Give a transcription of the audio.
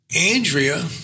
Andrea